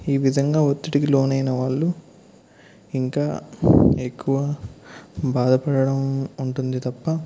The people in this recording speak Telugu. ఈ విధంగా ఒత్తిడికి లోనైన వాళ్ళు ఇంకా ఎక్కువ బాధపడడం ఉంటుంది తప్ప